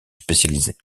spécialisée